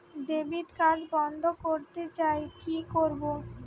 Debit card বন্ধ করতে চাই কি করব?